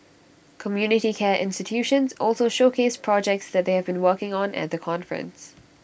community care institutions also showcased projects that they have been working on at the conference